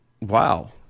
Wow